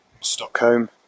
Stockholm